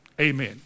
Amen